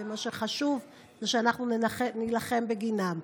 שמה שחשוב זה שאנחנו נילחם בהן.